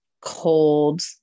cold